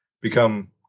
become